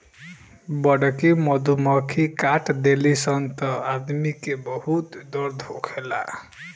बड़की मधुमक्खी काट देली सन त आदमी के बहुत दर्द होखेला